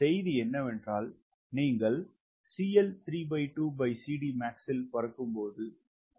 செய்தி என்னவென்றால் நீங்கள் இல் பறக்கும்போது குறைந்த வேகத்தில் பறக்கிறீர்கள்